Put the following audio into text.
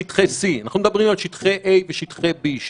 שטחי C. אנחנו לא מדברים על שטחי A ושטחי B,